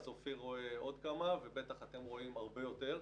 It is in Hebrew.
אז אופיר רואה עוד כמה ובטח אתם רואים הרבה יותר,